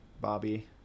Bobby